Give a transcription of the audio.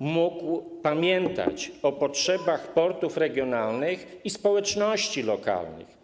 mógł pamiętać o potrzebach portów regionalnych i społeczności lokalnych.